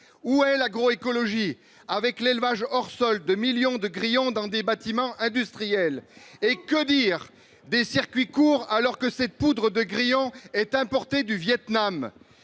où est l'agroécologie. Avec l'élevage hors sol de millions de grillons dans des bâtiments industriels. Et que dire des circuits courts, alors que cette poudre de grillons est importé du Vietnam.